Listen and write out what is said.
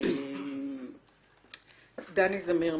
דני זמיר,